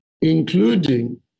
including